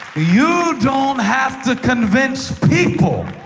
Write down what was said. you don't have to convince people.